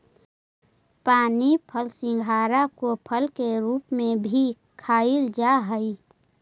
पानी फल सिंघाड़ा को फल के रूप में भी खाईल जा हई